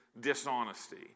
dishonesty